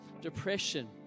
depression